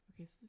Okay